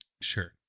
Sure